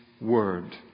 word